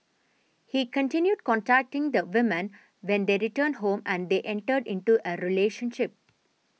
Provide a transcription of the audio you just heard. he continued contacting the woman when they returned home and they entered into a relationship